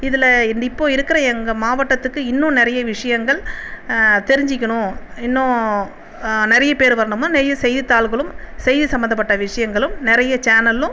இதில் இப்போது இருக்கிற எங்கள் மாவட்டத்துக்கு இன்னும் நிறைய விஷயங்கள் தெரிஞ்சுக்கணும் இன்னும் நிறைய பேர் வரணும்னா நிறைய செய்தித்தாள்களும் செய்தி சம்மந்தப்பட்ட விஷயங்களும் நிறைய சேனலும்